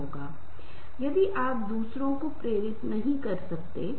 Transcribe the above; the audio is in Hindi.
एक और शैली है जिसे फोर्सिंग स्टाइल कहते हैं